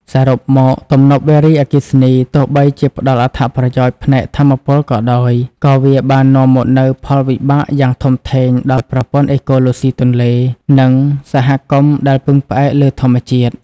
សរុបមក ទំនប់វារីអគ្គិសនី ទោះបីជាផ្តល់អត្ថប្រយោជន៍ផ្នែកថាមពលក៏ដោយ ក៏វាបាននាំមកនូវផលវិបាកយ៉ាងធំធេងដល់ប្រព័ន្ធអេកូឡូស៊ីទន្លេ និងសហគមន៍ដែលពឹងផ្អែកលើធម្មជាតិ។